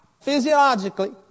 physiologically